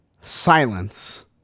silence